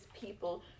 people